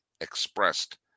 expressed